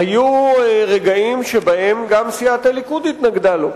היו רגעים שגם סיעת הליכוד התנגדה לו.